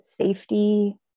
safety